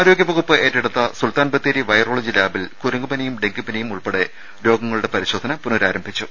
ആരോഗ്യവകുപ്പ് ഏറ്റെടുത്ത സുൽത്താൻ ബത്തേരി വൈറോളജി ലാബിൽ കുരങ്ങുപനിയും ഡെങ്കിപ്പനിയും ഉൾപ്പെടെ രോഗങ്ങളുടെ പരിശോധന പുനരാരംഭിച്ചു